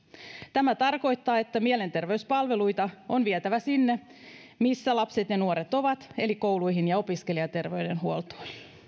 tämä tarkoittaa että mielenterveyspalveluita on vietävä sinne missä lapset ja nuoret ovat eli kouluihin ja opiskelijaterveydenhuoltoon